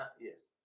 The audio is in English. Yes